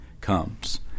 comes